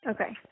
Okay